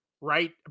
right